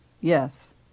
Yes